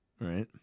right